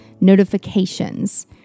notifications